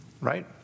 right